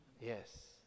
Yes